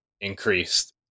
increased